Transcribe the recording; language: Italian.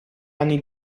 anni